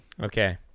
Okay